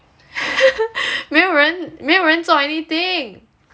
没有人没有人做 anything